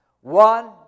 one